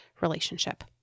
relationship